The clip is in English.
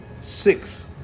six